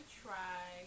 try